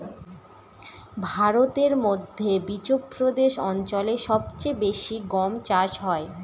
ভারতের মধ্যে বিচপ্রদেশ অঞ্চলে সব চেয়ে বেশি গম চাষ হয়